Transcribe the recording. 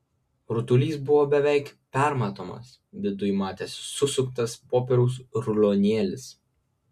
rutulys buvo beveik permatomas viduj matėsi susuktas popieriaus rulonėlis